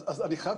אני חייב,